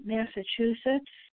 Massachusetts